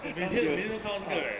legitly later count 这个 right